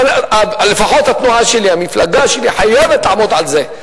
ולפחות המפלגה שלי חייבת לעמוד על זה.